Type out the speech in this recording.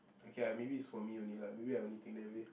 okay ah maybe is for me only lah maybe I only think that way